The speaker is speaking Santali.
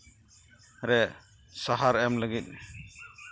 ᱨᱮ ᱥᱟᱨ ᱮᱢ ᱞᱟᱹᱜᱤᱫ